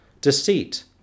deceit